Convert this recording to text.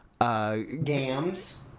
Gams